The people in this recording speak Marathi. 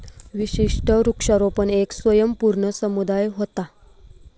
विशिष्ट वृक्षारोपण येक स्वयंपूर्ण समुदाय व्हता